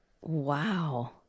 Wow